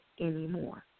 anymore